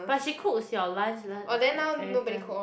but she cooks your lunch lunch like everytime